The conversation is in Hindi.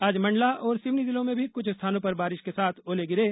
आज मंडला और सिवनी जिलों में भी कुछ स्थानों पर बारिश के साथ ओले गिरे